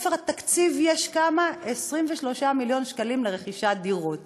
בספר התקציב יש 23 מיליון שקלים לרכישות דירות